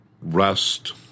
rest